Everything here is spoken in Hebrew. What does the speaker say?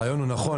הרעיון הוא נכון.